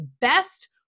best